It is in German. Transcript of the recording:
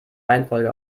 reihenfolge